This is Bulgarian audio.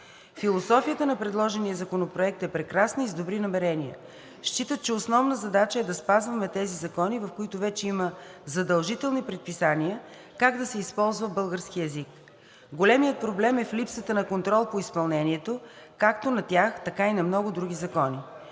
Философията на предложения законопроект е прекрасна и с добри намерения. Считат, че основна задача е да спазваме тези закони, в които вече има задължителни предписания как да се използва българският език. Големият проблем е в липсата на контрол по изпълнението, както на тях, така и на много други закони.